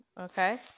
Okay